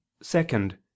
second